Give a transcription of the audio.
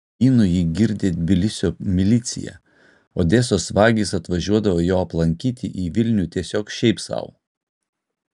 vynu jį girdė tbilisio milicija odesos vagys atvažiuodavo jo aplankyti į vilnių tiesiog šiaip sau